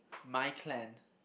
my clan